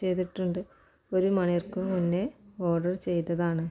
ചെയ്തിട്ടുണ്ട് ഒരു മണിക്കൂർ മുന്നേ ഓഡർ ചെയ്തതാണ്